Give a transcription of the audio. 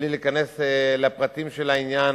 מבלי להיכנס לפרטים של העניין,